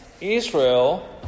Israel